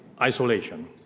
isolation